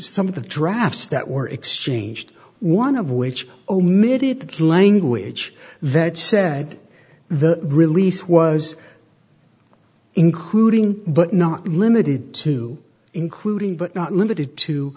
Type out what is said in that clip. some of the drafts that were exchanged one of which omitted the language that said the release was including but not limited to including but not limited to